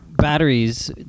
batteries